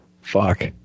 fuck